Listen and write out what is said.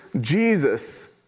Jesus